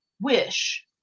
wish